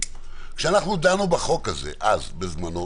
כשאנחנו דנו בחוק הזה אז בזמנו,